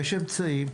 יש אמצעים,